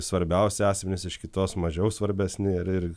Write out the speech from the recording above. svarbiausi asmenys iš kitos mažiau svarbesni ir ir